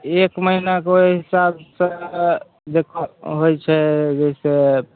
एक महिनाके ओहि हिसाब से देखहो होइत छै ओहिसँ